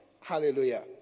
Hallelujah